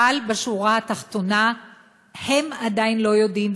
אבל בשורה התחתונה הם עדיין לא יודעים,